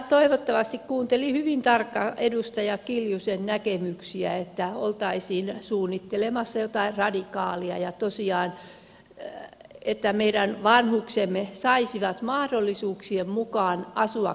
toivottavasti kuuntelin hyvin tarkkaan edustaja kiljusen näkemyksiä että oltaisiin suunnittelemassa jotain radikaalia ja tosiaan että meidän vanhuksemme saisivat mahdollisuuksien mukaan asua kodeissaan